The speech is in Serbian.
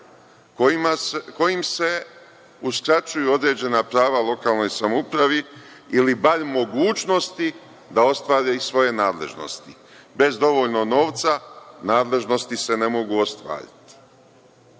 kojim se uskraćuju određena prava lokalnoj samoupravi ili bar mogućnosti da ostvari svoje nadležnosti. Bez dovoljno novca, nadležnosti se ne mogu ostvariti.